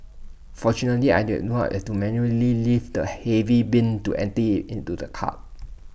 fortunately I did not have to manually lift the heavy bin to empty into the cart